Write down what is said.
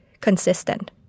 consistent